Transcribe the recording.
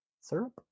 Syrup